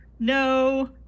no